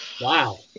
Wow